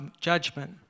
judgment